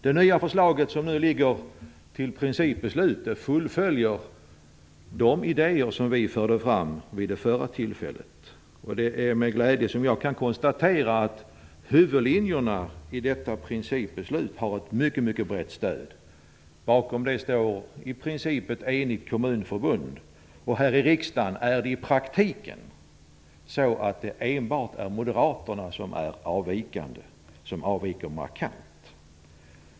Det nya förslaget, som nu ligger till principbeslut, fullföljer de idéer som vi förde fram vid det förra tillfället. Det är med glädje jag kan konstatera att huvudlinjerna i detta principbeslut har ett mycket brett stöd. Bakom dem står i princip ett enigt kommunförbund. Här i riksdagen är det i praktiken så, att det enbart är Moderaterna som är avvikande - som avviker markant.